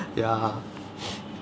ya